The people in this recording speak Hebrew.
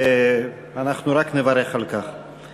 ואנחנו רק נברך על כך.